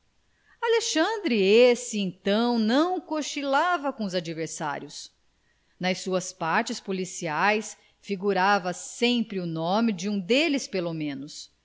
batista alexandre esse então não cochilava com os adversários nas suas partes policiais figurava sempre o nome de um deles pelo menos